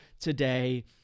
today